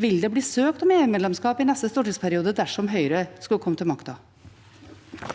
Vil det bli søkt om EUmedlemskap i neste stortingsperiode dersom Høyre skulle komme til makta?